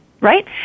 right